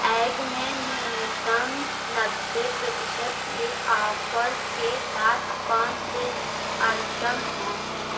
egg में न्यूनतम नब्बे प्रतिशत के ऑफ़र के साथ कौन से आइटम हैं